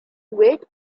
wit